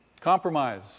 Compromise